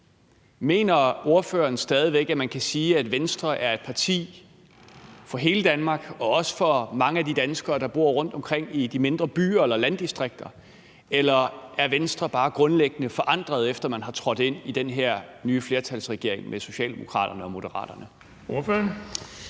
Mener ordføreren stadig væk, at man kan sige, at Venstre er et parti for hele Danmark og også for mange af de danskere, der bor rundtomkring i de mindre byer eller landdistrikter? Eller er Venstre bare grundlæggende forandret, efter at man er trådt ind i den her nye flertalsregering med Socialdemokraterne og Moderaterne?